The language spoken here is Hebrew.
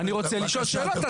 אני רוצה לשאול שאלות,